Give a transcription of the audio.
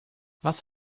was